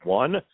one